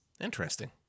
Interesting